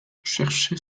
chercher